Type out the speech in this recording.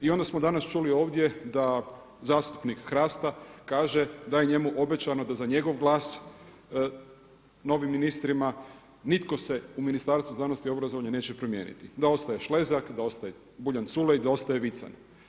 I onda smo danas čuli ovdje da zastupnik HRAST-a kaže da je njemu obećano da za njegov glas novim ministrima, nitko se u Ministarstvu znanosti i obrazovanja neće promijeniti, da ostaje Šlezak, da ostaje Buljan Culej, da ostaje Vican.